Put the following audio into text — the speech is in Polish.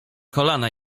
kolana